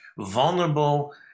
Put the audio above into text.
vulnerable